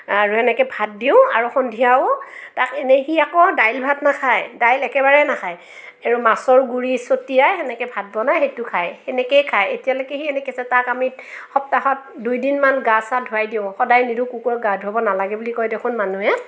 আৰু সেনেকৈ ভাত দিওঁ আৰু সন্ধিয়াও তাক এনেই সি আকৌ দাইল ভাত নাখায় দাইল একেবাৰে নাখায় আৰু মাছৰ গুৰি চটিয়াই সেনেকৈ ভাত বনাই সেইটো খায় সেনেকেই খায় এতিয়ালৈকে সি সেনেকৈ তাক আমি সপ্তাহত দুইদিনমান গা চা ধোৱাই দিওঁ সদায় নিদিওঁ কুকুৰক গা ধোৱাব নালাগে বুলি কয় দেখোন মানুহে